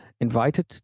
invited